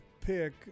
pick